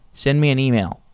send me an email,